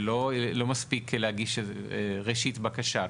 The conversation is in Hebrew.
שלא מספיק להגיש ראשית בקשה,